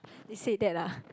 you said that lah